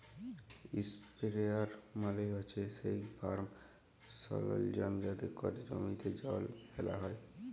ইসপেরেয়ার মালে হছে সেই ফার্ম সরলজাম যাতে ক্যরে জমিতে জল ফ্যালা হ্যয়